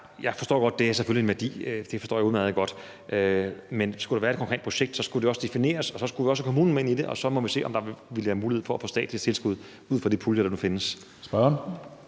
Jeg forstår udmærket godt, at det selvfølgelig har en værdi, men skulle der være et konkret projekt, skulle det også defineres, og så skulle vi også have kommunen med ind i det, og så må vi se, om der ville være mulighed for at få statslige tilskud ud fra de puljer, der nu findes.